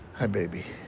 hi, baby.